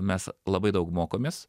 mes labai daug mokomės